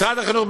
משרד החינוך,